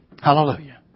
Hallelujah